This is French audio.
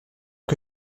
que